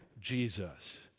Jesus